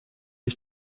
ich